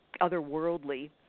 otherworldly